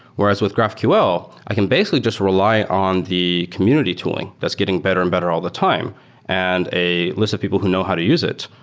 whereas with graphql, i can basically just rely on the community tooling that's getting better and better all the time and a list of people who know how to use it,